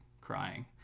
crying